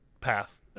path